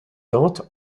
dante